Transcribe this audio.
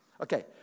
Okay